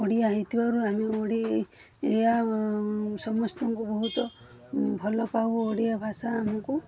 ଓଡ଼ିଆ ହେଇଥିବାରୁ ଆମେ ଓଡ଼ିଆ ସମସ୍ତଙ୍କୁ ବହୁତ ଭଲ ପାଉ ଓଡ଼ିଆ ଭାଷା ଆମକୁ